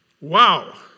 Wow